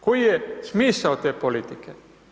Koji je smisao te politike?